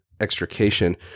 extrication